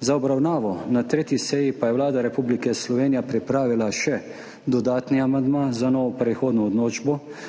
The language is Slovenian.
Za obravnavo na 3. seji pa je Vlada Republike Slovenije pripravila še dodatni amandma za novo prehodno določbo,